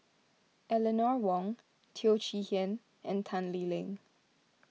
Eleanor Wong Teo Chee Hean and Tan Lee Leng